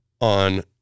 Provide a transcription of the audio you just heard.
on